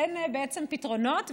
אין בעצם פתרונות.